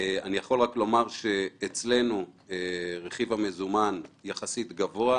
אני יכול רק לומר שאצלנו רכיב המזומן יחסית גבוה,